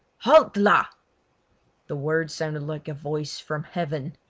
halt la the words sounded like a voice from heaven.